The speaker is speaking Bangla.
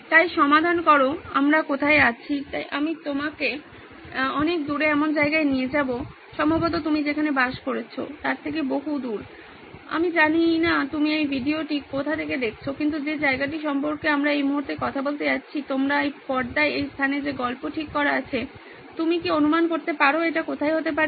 তাই সমাধান করুন আমরা কোথায় আছি তাই আমি আপনাকে সময়ে অনেক দূরে এমন জায়গায় নিয়ে যাবো সম্ভবত আপনি সেখানে বাস করছেন তার থেকে বহুদূরে আমি জানি না আপনি এই ভিডিওটি কোথা থেকে দেখছেন কিন্তু যে জায়গাটি সম্পর্কে আমরা এই মুহুর্তে কথা বলতে যাচ্ছি আপনার পর্দায় এই স্থানে যে গল্প ঠিক করা আছে আপনি কি অনুমান করতে পারেন এটি কোথায় হতে পারে